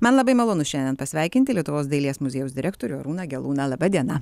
man labai malonu šiandien pasveikinti lietuvos dailės muziejaus direktorių arūną gelūną laba diena